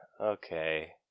okay